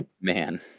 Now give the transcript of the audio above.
Man